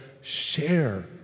share